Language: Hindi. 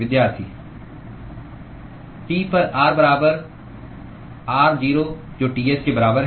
Student T पर r बराबर r0 जो Ts के बराबर है